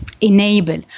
enable